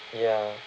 ya